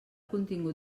contingut